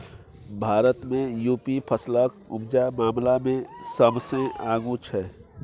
भारत मे युपी फसलक उपजा मामला मे सबसँ आगु छै